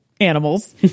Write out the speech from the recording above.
animals